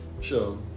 sure